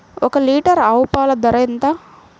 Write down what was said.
ఒక్క లీటర్ ఆవు పాల ధర ఎంత?